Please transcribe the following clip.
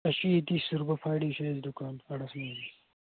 اَسہِ چھِ ییٚتی سُربفاڑی چھِ اَسہِ دُکان اَڑس منٛزٕے